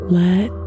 let